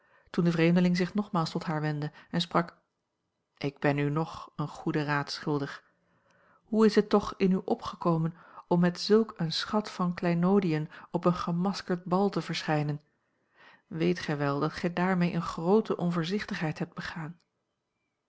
toen de vreemdeling zich nogmaals tot haar wendde en sprak ik ben u nog een goeden raad schuldig hoe is het toch in u opgekomen om met zulk een schat van kleinoodiën op een gemaskerd bal te verschijnen weet gij wel dat gij daarmee eene groote onvoorzichtigheid hebt begaan